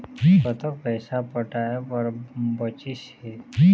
कतक पैसा पटाए बर बचीस हे?